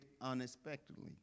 unexpectedly